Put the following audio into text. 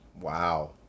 wow